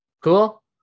Cool